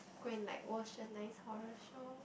go and like watch a nice horror show